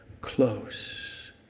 close